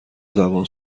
زبان